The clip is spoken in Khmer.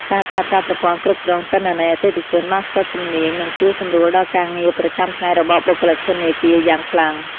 ការប្រើប្រាស់ប្រព័ន្ធគ្រប់គ្រងទិន្នន័យអតិថិជនបានស្ទាត់ជំនាញនឹងជួយសម្រួលដល់ការងារប្រចាំថ្ងៃរបស់បុគ្គលិកធនាគារយ៉ាងខ្លាំង។